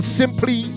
simply